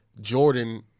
Jordan